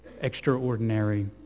extraordinary